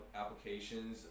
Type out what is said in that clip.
applications